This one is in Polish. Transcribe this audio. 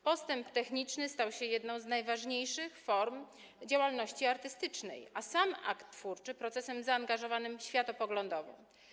Postęp techniczny stał się jedną z najważniejszych form działalności artystycznej, a sam akt twórczy - procesem zaangażowanym światopoglądowo.